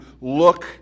look